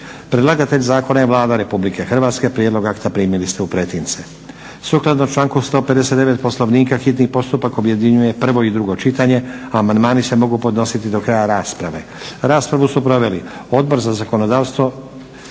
Predlagatelj zakona je Vlada Republike Hrvatske. Prijedlog akta primili ste u pretince. Sukladno članku 159. Poslovnika hitni postupak objedinjuje prvo i drugo čitanje, a amandmani se mogu podnositi do kraja rasprave. Raspravu su proveli Odbor za zakonodavstvo